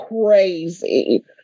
crazy